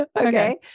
okay